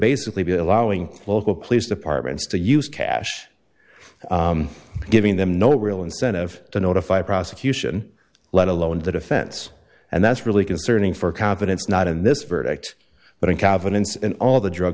basically be allowing local police departments to use cash giving them no real incentive to notify prosecution let alone the defense and that's really concerning for confidence not in this verdict but in confidence and all the drug